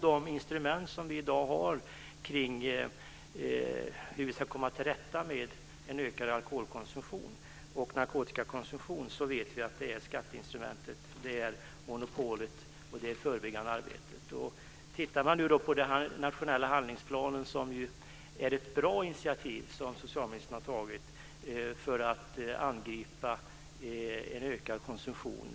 De instrument som finns i dag för att komma till rätta med en ökad alkohol och narkotikakonsumtion är skatteinstrumentet, monopolet och förebyggande arbete. Den nationella handlingsplanen är ett bra initiativ som socialministern har tagit för att angripa en ökad konsumtion.